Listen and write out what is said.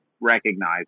recognize